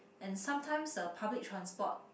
and sometimes the public transport